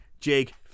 Jake